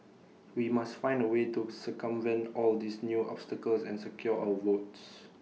we must find A way to circumvent all these new obstacles and secure our votes